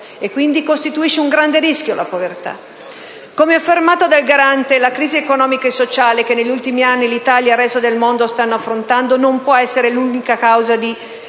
Costituisce dunque un grande rischio la povertà. Come affermato dal Garante, la crisi economica e sociale che negli ultimi anni l'Italia e il resto del mondo stanno affrontando non può essere l'unica causa di